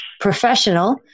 professional